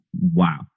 wow